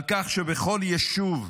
על כך שבכל יישוב,